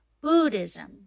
Buddhism